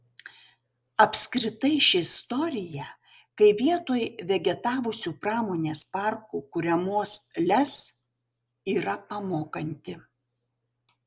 apskritai ši istorija kai vietoj vegetavusių pramonės parkų kuriamos lez yra pamokanti